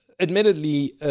admittedly